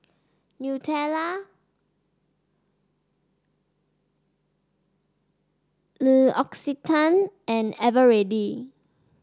Nutella L'Occitane and Eveready